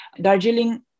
Darjeeling